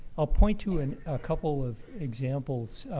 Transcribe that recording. i'll point to and a couple of examples.